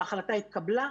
החלטה התקבלה.